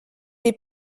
des